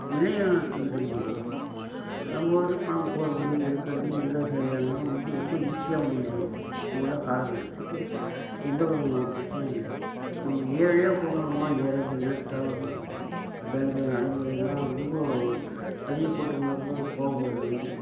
இணையம்னு எடுத்துக்கிட்டோம்னால் நம்ம வந்து பணம் போடுறது எடுக்கிறது எந்த செயலாக இருந்தாலும் வந்து ரொம்ப ஈஸியாக முடிஞ்சிடும் இப்போது உள்ள காலகட்டத்துக்கு எந்த விதமான பிரச்சனையும் இல்லை நம்ம நேரடியாக போனோம்னால் நேரங்கள் வேஸ்ட்டாகுது பேங்க்கில் நடைமுறைகள்லாம் ரொம்ப அதிகக் கூட்டமாக இருக்கும் போது கோபம் வர்றது